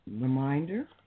Reminder